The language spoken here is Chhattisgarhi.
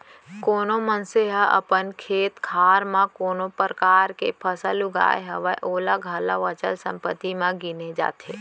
कोनो मनसे ह अपन खेत खार म कोनो परकार के फसल उगाय हवय ओला घलौ अचल संपत्ति म गिने जाथे